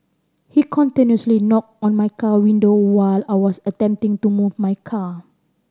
he continuously knocked on my car window while I was attempting to move my car